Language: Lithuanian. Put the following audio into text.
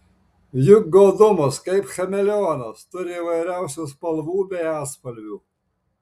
juk godumas kaip chameleonas turi įvairiausių spalvų bei atspalvių